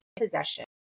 possession